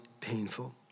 painful